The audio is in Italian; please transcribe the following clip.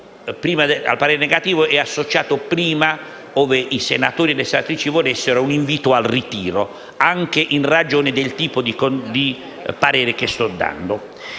al parere contrario è associato prima, ove i senatori presentatori volessero, un invito al ritiro, anche in ragione del tipo di parere che sto